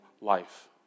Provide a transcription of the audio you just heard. life